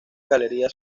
galerías